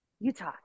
utah